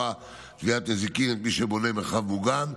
תביעת נזיקין את מי שבונה מרחב מוגן,